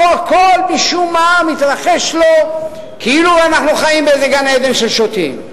פה הכול משום מה מתרחש לו כאילו אנחנו חיים באיזה גן-עדן של שוטים.